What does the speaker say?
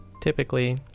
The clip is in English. Typically